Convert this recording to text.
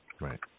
Right